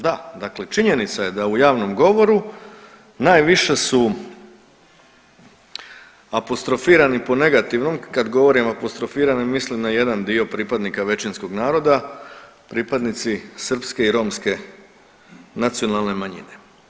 Da, dakle činjenica je da u javnom govoru najviše su apostrofirani po negativnom, kad govorim o apostrofiranim mislim na jedan dio pripadnika većinskog naroda, pripadnici srpske i romske nacionalne manjine.